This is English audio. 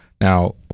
now